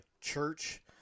Church